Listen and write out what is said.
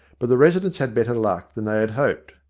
but the residents had better luck than they had hoped.